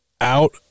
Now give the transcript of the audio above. out